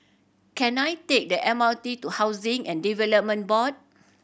can I take the M R T to Housing and Development Board